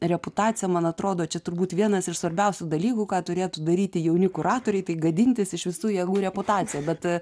reputaciją man atrodo čia turbūt vienas iš svarbiausių dalykų ką turėtų daryti jauni kuratoriai tai gadintis iš visų jėgų reputaciją bet